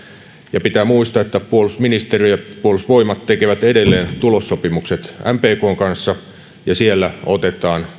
pitää muistaa että puolustusministeriö ja puolustusvoimat tekevät edelleen tulossopimukset mpkn kanssa ja siellä otetaan